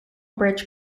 bridge